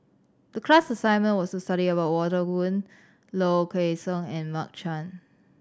the class assignment was to study about Walter Woon Low Kway Song and Mark Chan